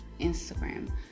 Instagram